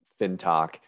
fintalk